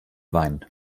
wein